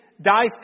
Die